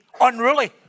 unruly